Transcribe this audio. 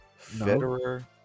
Federer